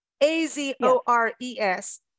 a-z-o-r-e-s